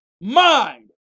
mind